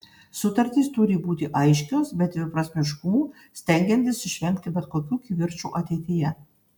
sutartys turi būti aiškios be dviprasmiškumų stengiantis išvengti bet kokių kivirčų ateityje